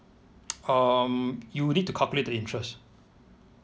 um you need to calculate the interest